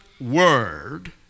word